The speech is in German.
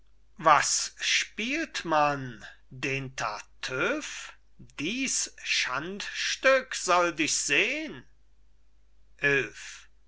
was spielt man den tartüff dies schandstück sollt ich sehn